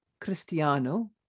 Cristiano